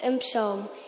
psalm